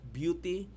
beauty